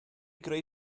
greu